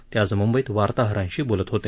ते आज मुंबईत वार्ताहरांशी बोलत होते